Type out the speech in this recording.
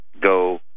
go